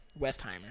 Westheimer